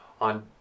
on